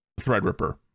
Threadripper